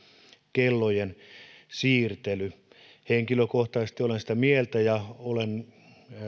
kellojen siirtely henkilökohtaisesti olen sitä mieltä ja olen